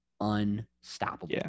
unstoppable